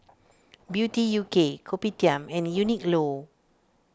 Beauty U K Kopitiam and Uniqlo